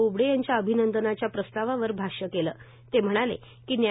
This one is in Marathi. बोबडे यांच्या अभिनंदनाच्या प्रस्तावावर भाष्य केले ते म्हणाले की न्या